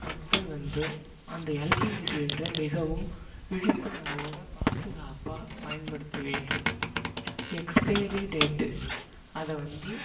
மக்கள் வந்து அந்த எல்பிஜி சிலிண்டர மிகவும் விழிப்புணர்வோட பாதுகாப்பாக பயன்படுத்த வேண்டும் எக்ஸ்பேரி டேட்டு அதை வந்து